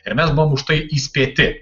ir mes buvom už tai įspėti